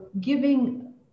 giving